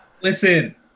Listen